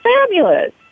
fabulous